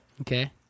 Okay